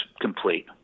complete